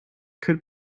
could